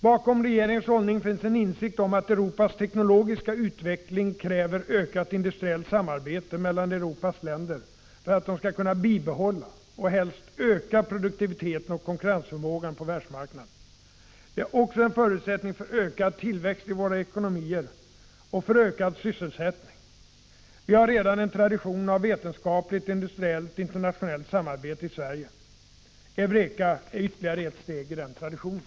Bekom regeringens hållning finns en insikt om att Europas teknologiska utveckling kräver ökat industriellt samarbete mellan Europas länder för att de skall kunna bibehålla och helst öka produktiviteten och konkurrensförmågan på världsmarknaden. Det är också en förutsättning för ökad tillväxt i våra ekonomier och för ökad sysselsättning. Vi har redan en tradition av vetenskapligt och industriellt internationellt samarbete i Sverige. EUREKA är ett ytterligare steg i den traditionen.